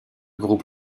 groupe